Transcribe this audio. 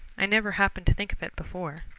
i never happened to think of it before.